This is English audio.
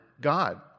God